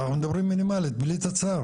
ואנחנו מדברים מינימלית, בלי תצ"ר